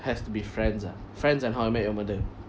has to be friends ah friends and how I met your mother